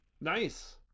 nice